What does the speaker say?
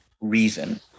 reason